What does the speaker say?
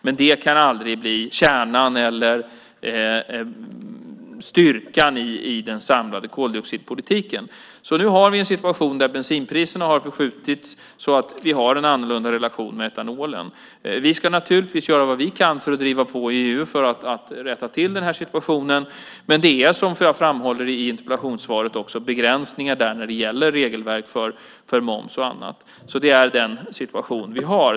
Det kan dock aldrig bli kärnan eller styrkan i den samlade koldioxidpolitiken. Nu har vi en situation där bensinpriserna har förskjutits så att vi har en annorlunda relation med etanolen. Vi ska göra vad vi kan för att driva på i EU för att rätta till denna situation. Det är dock, som jag framhåller i interpellationssvaret, begränsningar där när det gäller regelverk för moms och annat. Det är den situation vi har.